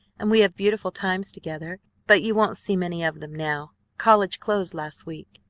and we have beautiful times together. but you won't see many of them now. college closed last week.